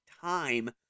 time